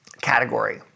category